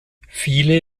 viele